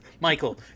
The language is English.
Michael